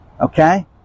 Okay